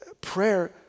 prayer